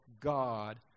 God